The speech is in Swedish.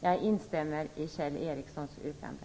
Jag instämmer i Kjell Ericssons yrkande.